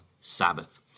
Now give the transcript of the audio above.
Sabbath